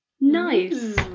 Nice